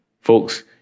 Folks